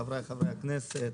חבריי חברי הכנסת,